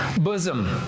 bosom